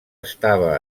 estava